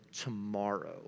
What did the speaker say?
tomorrow